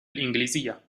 الإنجليزية